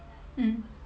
mm